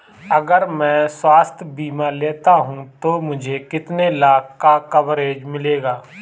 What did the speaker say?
अगर मैं स्वास्थ्य बीमा लेता हूं तो मुझे कितने लाख का कवरेज मिलेगा?